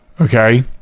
Okay